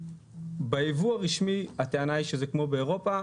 ביבוא הרשמי הטענה היא שזה כמו באירופה.